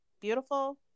beautiful